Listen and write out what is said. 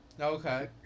Okay